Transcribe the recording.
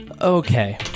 Okay